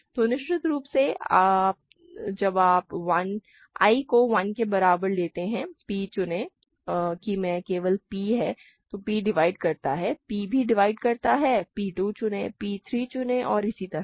तो निश्चित रूप से जब आप i को 1 के बराबर लेते हैं p चुनें कि मैं केवल p है तो p डिवाइड करता है p भी डिवाइड करता है p 2 चुनें p 3 चुनें और इसी तरह